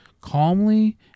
calmly